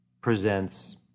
presents